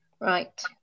Right